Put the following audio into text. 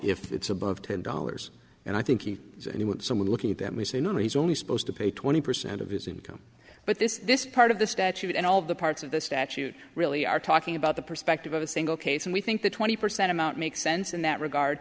if it's above ten dollars and i think he would someone looking at them tsunamis only supposed to pay twenty percent of his income but this this part of the statute and all of the parts of the statute really are talking about the perspective of a single case and we think the twenty percent amount makes sense in that regard